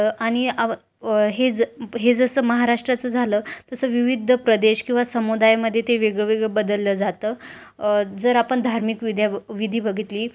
आणि आ हे ज हे जसं महाराष्ट्राचं झालं तसं विविध प्रदेश किंवा समुदायामध्ये ते वेगळं वेगळं बदललं जातं जर आपण धार्मिक विध्या विधी बघितली